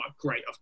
great